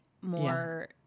more